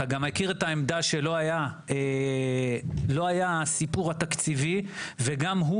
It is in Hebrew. אתה גם מכיר את העמדה שלא היה את הסיפור התקציבי וגם הוא